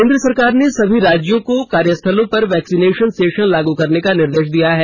केंद्र सरकार ने सभी राज्यों को कार्यस्थलों पर वैक्सीनेशन सेशन लागू करने का निर्देश दिया है